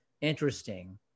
interesting